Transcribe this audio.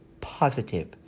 Positive